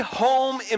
home